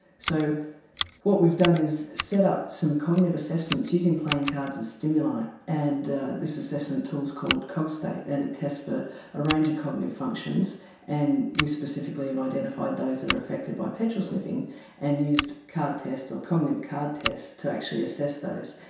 so what we've done is set up some cognitive assessments using playing cards as stimuli and this assessment tool's called cog state and it tests for a range of cognitive functions and we specifically have identified those that are affected by petrol sniffing and used card tests or cognitive card tests to actually assess those.